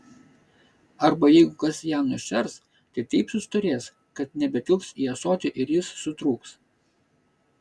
arba jeigu kas ją nušers tai taip sustorės kad nebetilps į ąsotį ir jis sutrūks